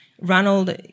Ronald